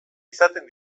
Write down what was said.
izaten